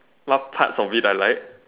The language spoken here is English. what parts of it I like